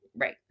Right